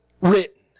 written